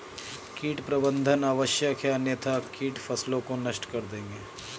कीट प्रबंधन आवश्यक है अन्यथा कीट फसलों को नष्ट कर देंगे